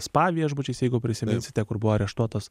spa viešbučiais jeigu prisiminsite kur buvo areštuotas